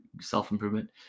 self-improvement